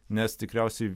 nes tikriausiai